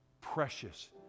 precious